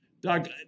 doug